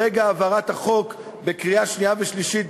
ברגע העברת החוק בקריאה שנייה ושלישית,